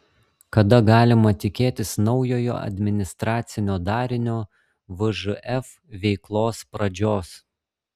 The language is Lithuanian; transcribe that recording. kada galima tikėtis naujojo administracinio darinio vžf veiklos pradžios